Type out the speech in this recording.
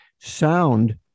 sound